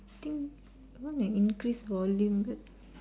I think maybe we increase volume